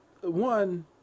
One